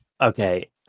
Okay